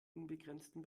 unbegrenzten